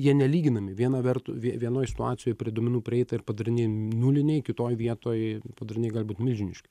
jie nelyginami viena vertu vie vienoj situacijoj prie duomenų prieita ir padariniai nuliniai kitoj vietoj padariniai gali būt milžinišk